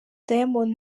diamond